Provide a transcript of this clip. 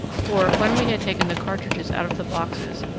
for, when we had taken the cartridges out of the boxes,